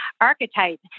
archetype